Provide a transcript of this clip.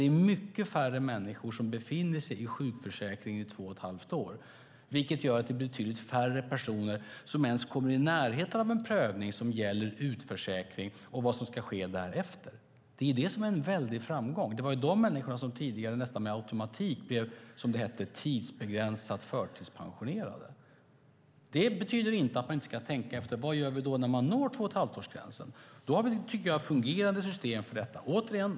Det är mycket färre människor som befinner sig i sjukförsäkringen i två och ett halvt år, vilket gör att det är betydligt färre personer som ens kommer i närheten av en prövning som gäller utförsäkring och vad som ska ske därefter. Det är det som är en väldig framgång. Det var de människorna som tidigare nästan med automatik blev tidsbegränsat förtidspensionerade, som det hette. Det betyder inte att man inte ska tänka efter om vad som ska ske när två-och-ett-halvt-års-gränsen nås. Vi har, tycker jag, fungerande system för detta.